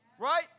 Right